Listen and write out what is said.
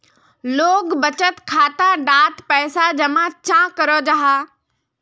लोग बचत खाता डात पैसा जमा चाँ करो जाहा?